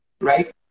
right